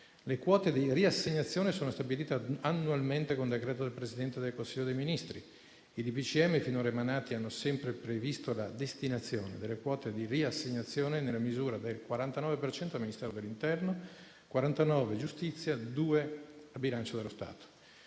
Le quote di riassegnazione sono stabilite annualmente con decreto del Presidente del Consiglio dei ministri. I DPCM finora emanati hanno sempre previsto la destinazione delle quote di riassegnazione nella misura del 49 per cento al Ministero dell'interno, 49 per cento al Ministero della